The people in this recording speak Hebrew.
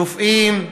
רופאים,